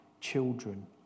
children